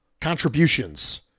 contributions